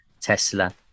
Tesla